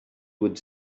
would